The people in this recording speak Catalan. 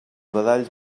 badalls